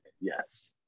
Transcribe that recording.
Yes